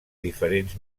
diferents